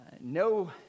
No